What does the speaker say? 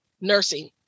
nursing